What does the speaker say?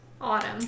Autumn